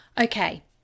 Okay